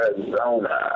Arizona